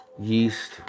yeast